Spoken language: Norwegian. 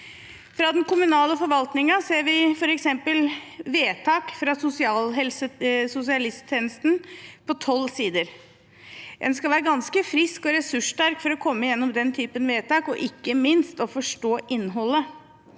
Fra den kommunale forvaltningen ser vi f.eks. vedtak fra sosialhelsetjenesten på tolv sider. En skal være ganske frisk og ressurssterk for å komme gjennom den typen vedtak og ikke minst forstå innholdet.